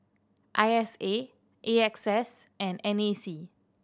I S A A X S and N A C